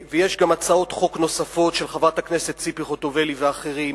ויש גם הצעות חוק נוספות של חברת הכנסת ציפי חוטובלי ואחרים,